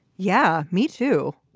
yeah me too